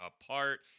apart